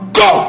go